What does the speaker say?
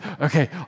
Okay